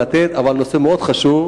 אבל הנושא מאוד חשוב,